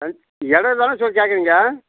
எடை தானே சார் கேட்குறீங்க